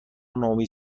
نومید